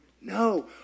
No